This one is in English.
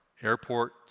airport